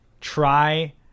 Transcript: try